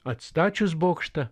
atstačius bokštą